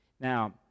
Now